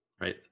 right